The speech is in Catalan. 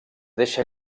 deixa